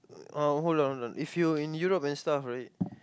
oh hold on hold on if you were in Europe and stuff right